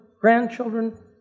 grandchildren